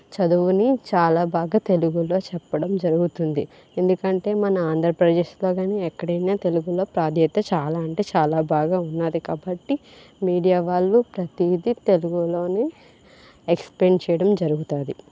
చదువుని చాలా బాగా తెలుగులో చెప్పడం జరుగుతుంది ఎందుకంటే మన ఆంధ్రప్రదేశ్లో కాని ఎక్కడైనా కానీ తెలుగులో ప్రాధాన్యత చాలా ఉంటే చాలా బాగా ఉన్నది కాబట్టి మీడియా వాళ్లు ప్రతిదీ తెలుగులోనే ఎక్స్ప్లెయిన్ చేయడం జరుగుతుంది